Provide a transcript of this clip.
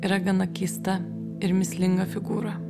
yra gana keista ir mįslinga figūra